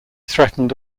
threatened